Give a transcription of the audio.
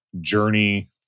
journey